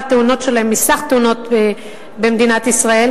לא סתם ביקשתי את